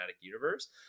universe